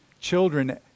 Children